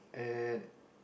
eh